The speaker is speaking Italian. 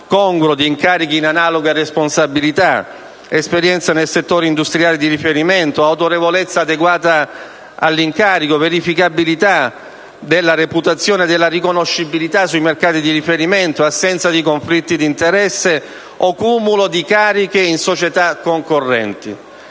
congruo di incarichi in analoga responsabilità, esperienza nel settore industriale di riferimento, autorevolezza adeguata all'incarico, verificabilità della reputazione e della riconoscibilità sui mercati di riferimento, assenza di conflitti d'interesse o cumulo di cariche in società concorrenti.